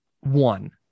One